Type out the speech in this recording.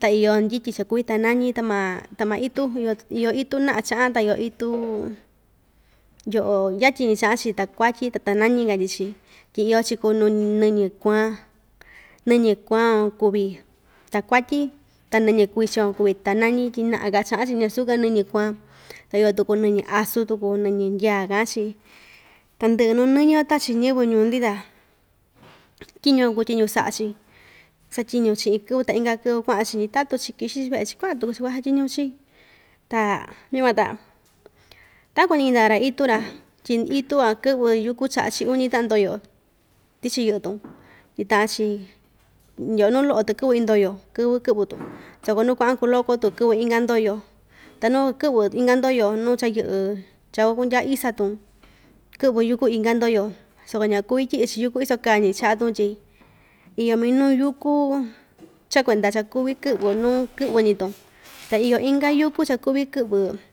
ta iyo ndyityi cha‑kuvi tanañí ta maa ta maa itu iyo iyo itu na'a cha'an ta iyo itu yo'o yatyi‑ñi cha'an‑chi takuatyí ta tanañí katyi‑chi tyi iyo‑chi kuu nu nɨñɨ kuan nɨñɨ kuan van kuvi takuatyí ta nɨñɨ kuichin van kuvi tanañí tyi na'a‑ka cha'an‑chi ñasu‑ka nɨñɨ kuan ta iyo tuku nɨñɨ asu tuku nɨñɨ ndyaa ka'an‑chi tandɨ'ɨ nuu nɨñɨ van tachi ñɨvɨ ñuu‑ndi ta tyiñu van kuu tyiñu sa'a‑chi satyiñu‑chi iin kɨvɨ ta inka kɨvɨ kua'an‑chi ndyitatu‑chi kixi‑chi ve'e‑chi kua'an tuku‑chi kuasatyiñu‑chi ta yukuan ta takuan‑ñi yinda'a‑ra itu‑ra tyi itu van kɨ'vɨ yúku cha'a‑chi uñi ta'an ndoyo tichi yɨ'ɨtun tyi ta'an‑chi ndyo'o nuu lo'o‑tɨ kɨ'vɨ iin ndoyo kɨvɨ kɨ'vɨ‑tun soko nuu kua'an kuu lokò‑tun kɨ'vɨ inka ndoyo ta nuu kuakɨ'vɨ inka ndoyo nu cha‑yɨ'ɨ cha kuakundya isa‑tun kɨ'vɨ yúku inka ndoyo soko ñakuvi tyi'i‑chi yúku iso kaa‑ñi cha'a‑tun tyi iyo minu yúku cha kuenda cha kuvi kɨ'vɨ nuu kɨ'vɨ ñi‑tun ta iyo inka yúku cha kuvi kɨ'vɨ.